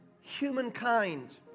humankind